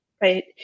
right